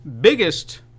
biggest